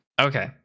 Okay